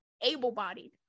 able-bodied